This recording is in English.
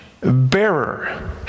bearer